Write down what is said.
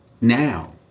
now